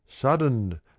Sudden